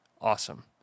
Awesome